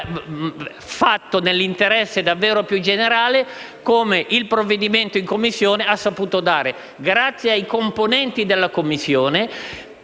fatto nell'interesse più generale, come il provvedimento in Commissione ha saputo fare. Ringrazio i componenti della Commissione